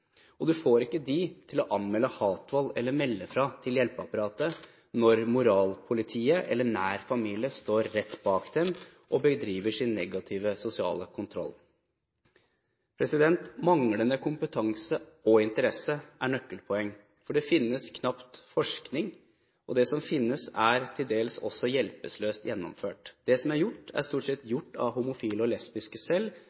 og du får dem ikke til å anmelde hatvold eller å melde fra til hjelpeapparatet når moralpolitiet eller nær familie står rett bak dem og bedriver sin negative sosiale kontroll. Manglende kompetanse – og interesse – er nøkkelpoeng. Det finnes knapt forskning, og det som finnes, er til dels også hjelpeløst gjennomført. Det som er gjort, er stort sett gjort av homofile og lesbiske selv